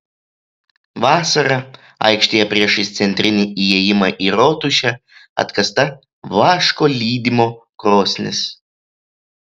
vasarą aikštėje priešais centrinį įėjimą į rotušę atkasta vaško lydymo krosnis